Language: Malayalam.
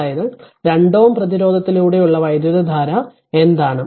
അതായത് 2 Ω പ്രതിരോധത്തിലൂടെയുള്ള വൈദ്യുതധാര എന്താണ്